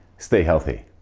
stay healthy,